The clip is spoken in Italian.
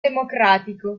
democratico